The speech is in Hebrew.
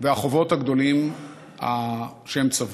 והחובות הגדולים שהם צברו.